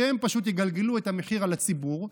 שפשוט יגלגלו את המחיר על הציבור,